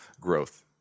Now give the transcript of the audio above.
growth